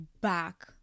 back